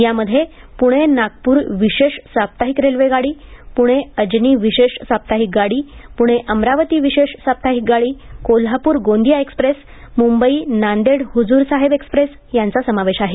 यामध्ये पुणे नागपूर विशेष साप्ताहिक रेल्वे गाड़ी पुणे अजनी विशेष साप्ताहिक गाड़ी पुणे अमरावती विशेष साप्ताहिक गाड़ी कोल्हापूर गोंदिया एक्स्प्रेस मुंबई नांदेड हुजूर साहेब एक्स्प्रेस यांचा समावेश आहे